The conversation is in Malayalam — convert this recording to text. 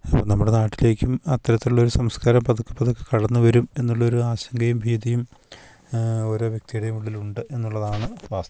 ഇപ്പോൾ നമ്മുടെ നാട്ടിലേക്കും അത്തരത്തിലുള്ളൊരു സംസ്കാരം പതുക്കെ പതുക്കെ കടന്നുവരും എന്നുള്ളൊരു ആശങ്കയും ഭീതിയും ഓരോ വ്യക്തിയുടേയും ഉള്ളിലുണ്ട് എന്നുള്ളതാണ് വാസ്തവം